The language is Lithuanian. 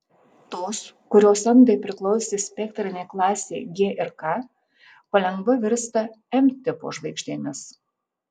tos kurios andai priklausė spektrinei klasei g ir k palengva virsta m tipo žvaigždėmis